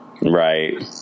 Right